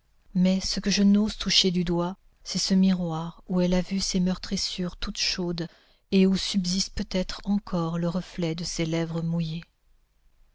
mais ce que je n'ose toucher du doigt c'est ce miroir où elle a vu ses meurtrissures toutes chaudes et où subsiste peut-être encore le reflet de ses lèvres mouillées